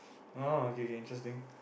oh okay okay interesting